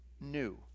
new